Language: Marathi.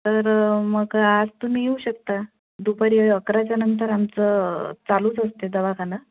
तर मग आज तुम्ही येऊ शकता दुपारी अकराच्या नंतर आमचं चालूच असते दवाखाना